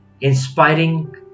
inspiring